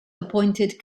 appointed